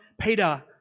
Peter